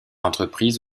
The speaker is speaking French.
entreprises